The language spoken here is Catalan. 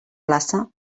classe